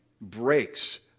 breaks